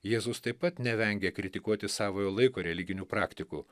jėzus taip pat nevengia kritikuoti savojo laiko religinių praktikų